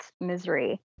Misery